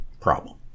problem